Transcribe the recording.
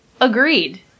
Agreed